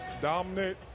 dominate